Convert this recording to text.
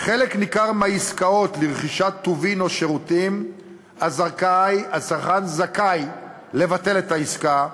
בחלק ניכר מהעסקאות לרכישת טובין או שירותים הצרכן זכאי לבטל את העסקה,